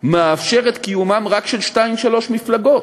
מאפשרת קיום רק של שתיים-שלוש מפלגות.